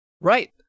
right